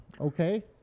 Okay